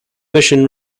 mission